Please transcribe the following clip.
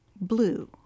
blue